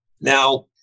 Now